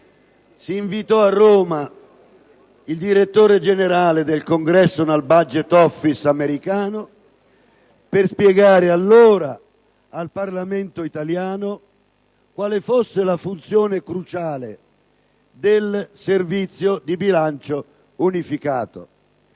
Si invitò a Roma il direttore generale del *Congressional Budget Office* americano per spiegare allora al Parlamento italiano quale fosse la funzione cruciale del Servizio di bilancio unificato.